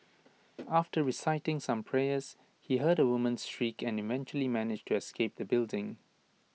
after reciting some prayers he heard A woman's shriek and eventually managed to escape the building